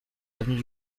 avenue